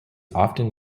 often